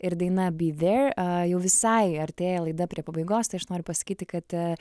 ir daina be there jau visai artėja laida prie pabaigos tai aš noriu pasakyti kad